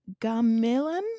gamelan